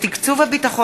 טלב אבו